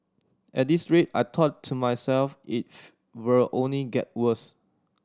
at this rate I thought to myself if will only get worse